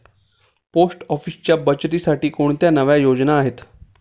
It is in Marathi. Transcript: पोस्ट ऑफिसच्या बचतीसाठी कोणत्या नव्या योजना आहेत?